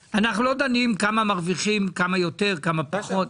כמה מרוויחים כמה יותר וכמה פחות.